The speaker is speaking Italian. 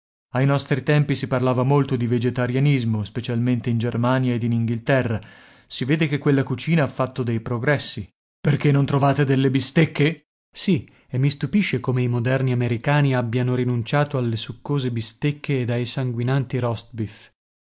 ai nostri tempi si parlava molto di vegetarianismo specialmente in germania ed in inghilterra si vede che quella cucina ha fatto dei progressi perché non trovate delle bistecche sì e mi stupisce come i moderni americani abbiano rinunciato alle succose bistecche ed ai sanguinanti roast